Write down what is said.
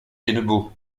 hennebeau